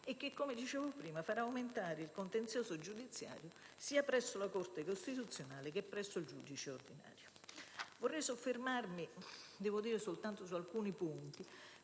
e che, come dicevo prima, farà aumentare il contenzioso giudiziario sia presso la Corte costituzionale che presso il giudice ordinario. Vorrei soffermarmi soltanto su alcuni punti.